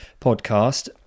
podcast